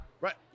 Right